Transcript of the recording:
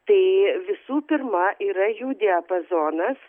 tai visų pirma yra jų diapazonas